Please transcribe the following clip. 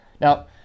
Now